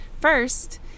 First